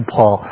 Paul